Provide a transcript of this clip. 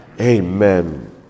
Amen